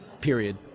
period